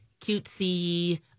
cutesy